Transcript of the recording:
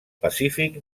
pacífic